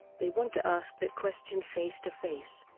they want to ask that question face to face.